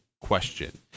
Question